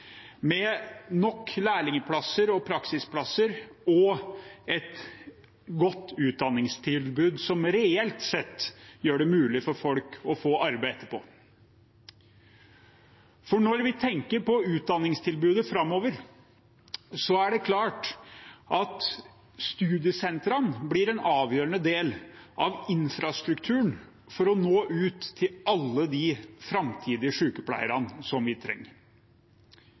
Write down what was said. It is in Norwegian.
med nok lærlingplasser og praksisplasser og et godt utdanningstilbud, som reelt sett gjør det mulig for folk å få arbeid etterpå. Når vi tenker på utdanningstilbudet framover, er det klart at studiesentrene blir en avgjørende del av infrastrukturen for å nå ut til alle de framtidige sykepleierne som vi trenger.